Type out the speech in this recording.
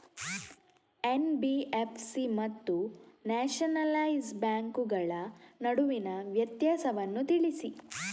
NBFC ಮತ್ತು nationalise ಬ್ಯಾಂಕುಗಳ ನಡುವಿನ ವ್ಯತ್ಯಾಸವನ್ನು ತಿಳಿಸಿ?